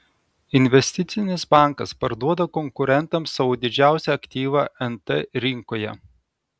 investicinis bankas parduoda konkurentams savo didžiausią aktyvą nt rinkoje